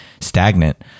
stagnant